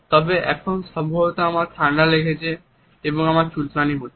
তবে এখন সম্ভবত আমার ঠান্ডা লেগেছে এবং আমার চুলকানি হচ্ছে